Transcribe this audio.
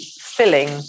filling